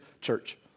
church